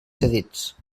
cedits